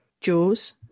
Jaws